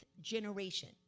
generation